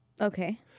Okay